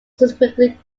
subsequently